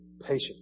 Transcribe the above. patient